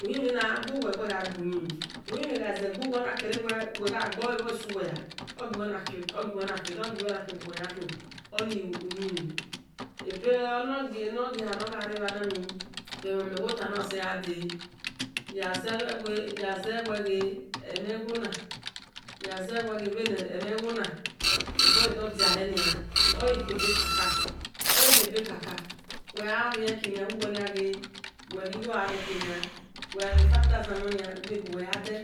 Uyimhi nagha gbuwe wegha gbu yin mhi uyimhi gha ze ghi wel wel ona kere wel wel gha gbo ebhor ogho suwela ogiu wel na khie nuwe yan khie oni uyimhi evonogiehar nor gha re bhanani emhon ni mewotanasi ghade yaze wel ghe emhe ghona emhe gho na bhe bodo diahe nia oghi khie be kaka wel gha rieki wil wel nia gbe wel righo gharieui nia wel gha ri 5000 mhon nia umhe bu yade